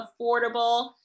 affordable